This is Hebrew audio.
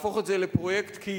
להפוך את זה לפרויקט קהילתי,